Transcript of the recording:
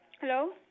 Hello